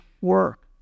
work